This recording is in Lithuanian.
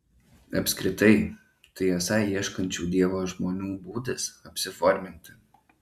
apskritai tai esą ieškančių dievo žmonių būdas apsiforminti